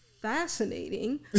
fascinating